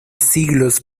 siglos